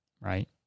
Right